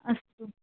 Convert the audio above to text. अस्तु